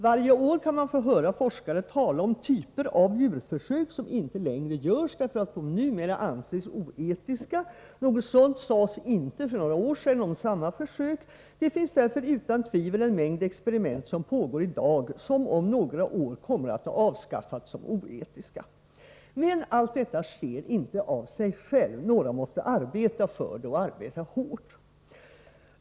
Varje år kan man få höra forskare tala om typer av djurförsök som inte längre görs, därför att de numera anses oetiska. Något sådant sades alltså inte för några år sedan om samma försök. Det finns alltså utan tvivel en mängd experiment som pågår i dag, som om några år kommer att ha avskaffats som oetiska. Men allt detta sker inte av sig självt. Några måste arbeta för det, och arbeta hårt.